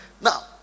Now